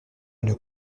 une